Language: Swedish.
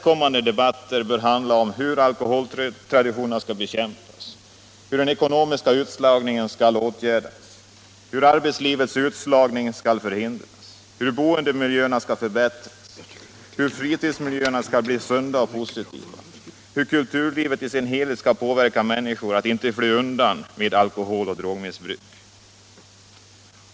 Kommande debatter bör handla om hur alkoholtraditionerna skall bekämpas, hur den ekonomiska utslagningen skall åtgärdas, hur arbetslivets utslagning skall förhindras, hur boendemiljöerna skall förbättras, hur fritidsmiljöerna skall bli sunda och positiva, hur kulturlivet i sin helhet skall påverka människor till att inte fly undan genom alkoholoch drogmissbruk.